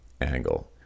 angle